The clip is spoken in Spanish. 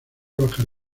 bajar